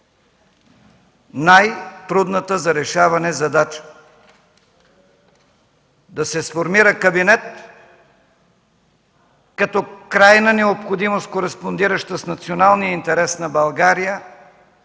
най-трудната за решаване задача – да се сформира кабинет като крайна необходимост, кореспондираща с националния интерес на България,